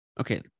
Okay